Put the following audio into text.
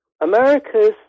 America's